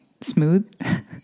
smooth